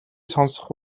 сонсох